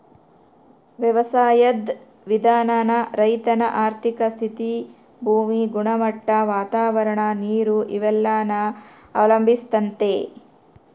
ವ್ಯವಸಾಯುದ್ ವಿಧಾನಾನ ರೈತನ ಆರ್ಥಿಕ ಸ್ಥಿತಿ, ಭೂಮಿ ಗುಣಮಟ್ಟ, ವಾತಾವರಣ, ನೀರು ಇವೆಲ್ಲನ ಅವಲಂಬಿಸ್ತತೆ